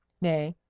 nay,